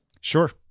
Sure